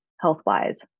health-wise